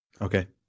Okay